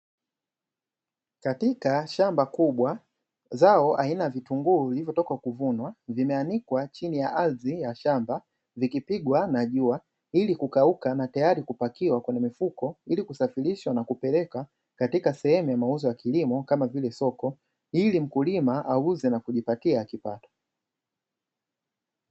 Katika shamba kubwa zao aina vitunguu vilivyotoka kuvunwa vimeanikwa chini ya ardhi ya shamba likipigwa na jua ili kukauka na tayari kupakiwa kwenye mifuko ili, kusafirishwa na kupeleka katika sehemu ya mauzo ya kilimo kama vile soko ili mkulima auze na kujipatia kipato.